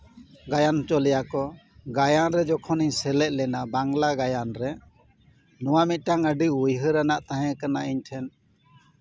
ᱜᱟᱭᱟᱱ ᱦᱚᱪᱚ ᱞᱮᱭᱟ ᱠᱚ ᱜᱟᱭᱟᱱ ᱨᱮ ᱡᱚᱠᱷᱚᱱᱤᱧ ᱥᱮᱞᱮᱫ ᱞᱮᱱᱟ ᱵᱟᱝᱞᱟ ᱜᱟᱭᱟᱱ ᱨᱮ ᱱᱚᱣᱟ ᱢᱤᱫᱴᱟᱱ ᱟᱹᱰᱤ ᱩᱭᱦᱟᱹᱨᱟᱱᱟᱜ ᱛᱟᱦᱮᱸ ᱠᱟᱱᱟ ᱤᱧ ᱴᱷᱮᱱ